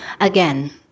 Again